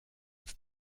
ist